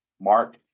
Mark